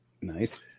Nice